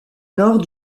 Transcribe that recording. nord